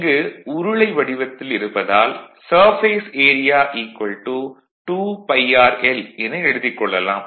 இங்கு உருளை வடிவத்தில் இருப்பதால் சர்ஃபேஸ் ஏரியா 2πrl என எழுதிக் கொள்ளலாம்